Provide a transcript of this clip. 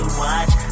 watch